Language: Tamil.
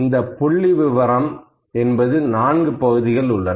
இந்த விளக்க புள்ளிவிவரம் என்பதில் 4 பகுதிகள் உள்ளன